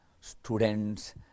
students